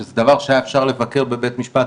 שזה דבר שהיה אפשר לבקר בבית משפט,